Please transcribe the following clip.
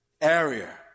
area